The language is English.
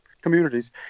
communities